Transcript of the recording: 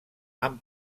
han